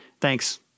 Thanks